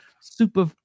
super